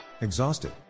exhausted